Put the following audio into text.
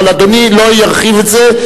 אבל אדוני לא ירחיב את זה,